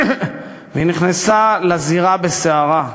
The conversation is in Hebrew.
והיא נכנסה לזירה בסערה.